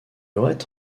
aurait